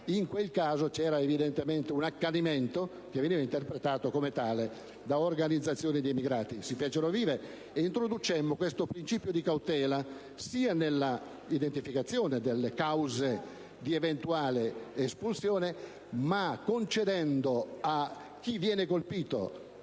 In quel caso c'era evidentemente un accanimento, che veniva interpretato come tale da organizzazioni di emigrati. Introducemmo pertanto questo principio di cautela, sia nell'identificazione delle cause di eventuale espulsione, concedendo a chi viene colpito